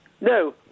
No